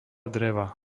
dreva